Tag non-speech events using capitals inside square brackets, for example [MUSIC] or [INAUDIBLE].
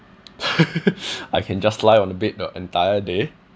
[LAUGHS] I can just lie on the bed the entire day